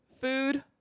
Food